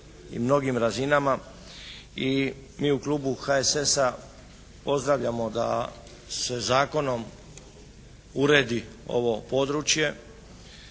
i mnogim razinama i mi u klubu HSS-a pozdravljamo da se zakonom uredi ovo područje,